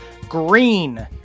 green